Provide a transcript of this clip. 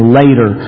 later